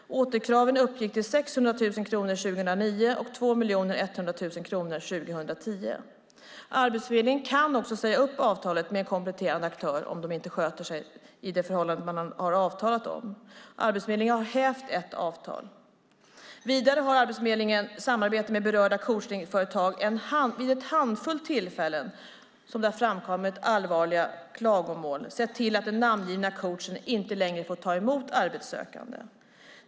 Återkraven uppgick till 600 000 kronor år 2009 och 2 100 000 år 2010. Arbetsförmedlingen kan även säga upp avtalet med en kompletterande aktör om denna inte sköter sig i det förhållande man har avtalat om. Arbetsförmedlingen har hävt ett avtal. Vidare har Arbetsförmedlingen i samarbete med berörda coachningsföretag vid en handfull tillfällen då det framkommit allvarliga klagomål sett till att den namngivna coachen inte längre fått ta emot arbetssökande.